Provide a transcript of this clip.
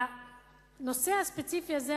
הנושא הספציפי הזה,